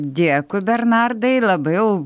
dėkui bernardai labai jau